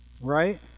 Right